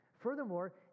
Furthermore